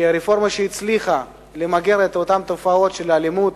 שהיא רפורמה שהצליחה למגר את אותן תופעות של אלימות.